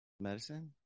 medicine